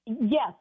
Yes